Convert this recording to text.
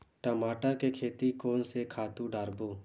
टमाटर के खेती कोन से खातु डारबो?